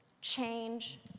change